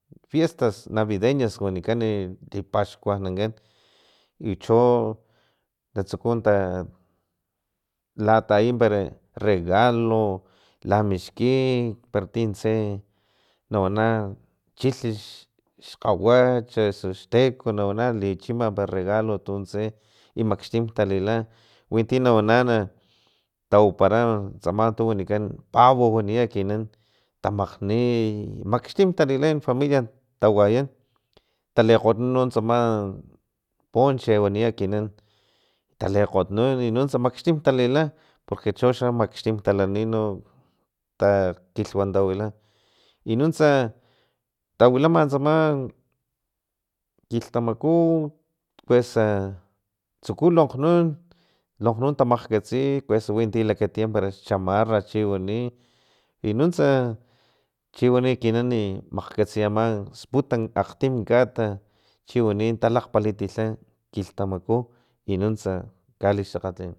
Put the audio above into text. Fiestas navideñas wanikan i tipaxkuanikan i cho natsuku ta latayi para regalo lamixki para tintse nawana chilh xkgawach osu xteko nawana lichima para regalo o tuntse i makxtim talila winti nawana na tawapara tsama tu wanikan pavo waniya ekinan tamakgni i makxtim talila familia tawayan talekgotnun tsama ponche waniya ekinan talekgotnun y nuntsa maxtin talila porque choxa makxtim talani no ta kilhwantawila i nuntsa na tawilama tsama kilhtamaku kuesa tsuku lonkgnun lonkgnun tamakgkatsi kuesa winti kakatiya para xchamarra para chiwani i nuntsa chiwani ekinani makgkatsiya ama sputa akgtim kata chiwani talakgpalitilha kilhtamaku i nuntsa kalixakgatliyan